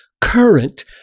current